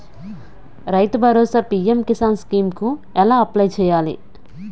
రైతు Bharosa PM Kisan scheme కు ఎలా అప్లయ్ చేయాలి?